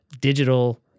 digital